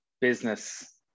business